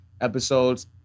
Episodes